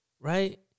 right